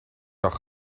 dag